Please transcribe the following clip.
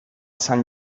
sant